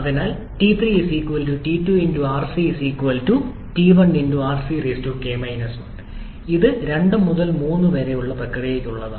അതിനാൽ 𝑇3 𝑇2𝑟𝑐 𝑇1𝑟𝑐𝑘−1 ഇത് 2 മുതൽ 3 വരെ പ്രക്രിയയ്ക്കുള്ളതാണ്